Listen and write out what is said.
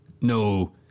no